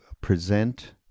present